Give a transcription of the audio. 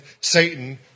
Satan